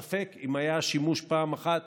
זה שעד עכשיו ספק אם היה שימוש פעם אחת